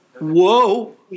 whoa